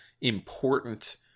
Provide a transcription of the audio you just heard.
important